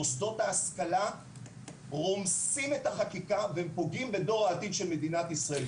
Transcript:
מוסדות ההשכלה רומסים את החקיקה ופוגעים בדור העתיד של מדינת ישראל.